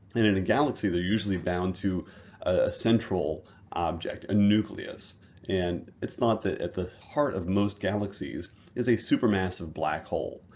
in and a galaxy, they're usually bound to a central object a nucleus. and it's thought that at the heart of most galaxies is a supermassive black hole.